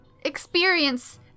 experience